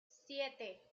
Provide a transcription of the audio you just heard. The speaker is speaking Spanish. siete